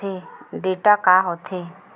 Data का होथे?